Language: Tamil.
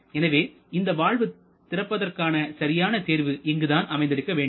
எனவே இந்த வால்வு திறப்பிற்கான சரியான தேர்வு இங்குதான் அமைந்திருக்க வேண்டும்